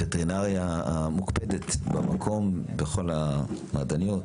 הווטרינריה המופקדת במקום בכל המעדניות.